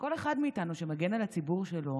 של כל אחד מאיתנו שמגן על הציבור שלו,